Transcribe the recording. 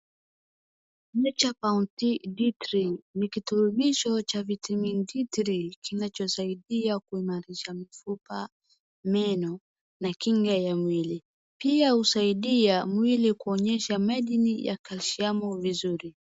Nature's Bounty D3 ni kirutubisho cha vitamin D3 , kinachosaidia kuimarisha mifupa, meno na kinga ya mwili. Pia husaidia mwili kuonyesha madini ya calcium vizuri.